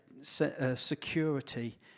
security